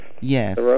Yes